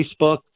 Facebook